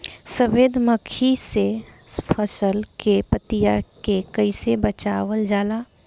सफेद मक्खी से फसल के पतिया के कइसे बचावल जाला?